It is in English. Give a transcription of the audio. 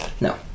No